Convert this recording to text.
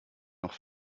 noch